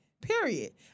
period